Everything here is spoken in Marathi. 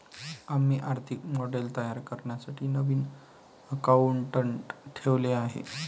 आम्ही आर्थिक मॉडेल तयार करण्यासाठी नवीन अकाउंटंट ठेवले आहे